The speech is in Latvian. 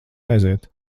aiziet